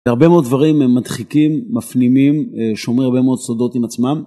בהרבה מאוד דברים הם מדחיקים, מפנימים, שומרים הרבה מאוד סודות עם עצמם.